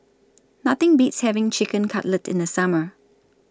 Nothing Beats having Chicken Cutlet in The Summer